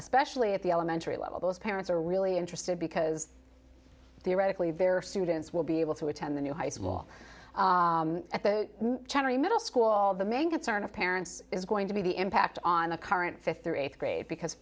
especially at the elementary level those parents are really interested because theoretically very students will be able to attend the new high school cherry middle school the main concern of parents is going to be the impact on the current fifth or eighth grade because